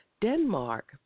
Denmark